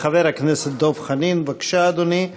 חבר הכנסת דב חנין, בבקשה, אדוני.